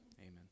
Amen